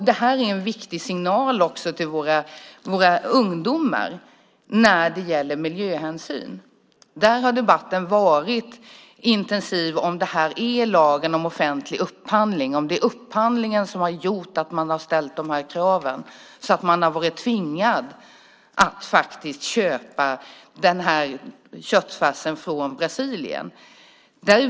Det är också en viktig signal till våra ungdomar när det gäller miljöhänsyn. Debatten har varit intensiv om det är lagen om offentlig upphandling som har gjort att man har ställt kraven så att man har varit tvingad att köpa köttfärsen från Brasilien.